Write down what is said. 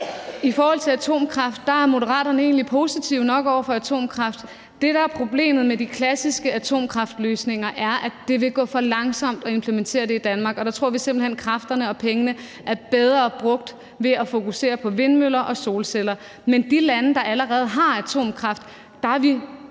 mod klimakampen. Moderaterne er egentlig positive nok over for atomkraft. Det, der er problemet med de klassiske atomkraftløsninger, er, at det vil gå for langsomt at implementere det i Danmark, og der tror vi simpelt hen, at kræfterne og pengene er bedre brugt ved at fokusere på vindmøller og solceller. Men med hensyn til de lande, der allerede har atomkraft, er vi